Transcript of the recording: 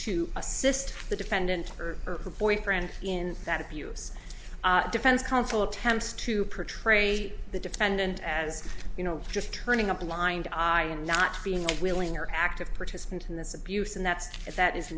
assist the defendant or or boyfriend in that abuse defense counsel attempts to portray the defendant as you know just turning a blind eye and not being a willing or active participant in this abuse and that's it that is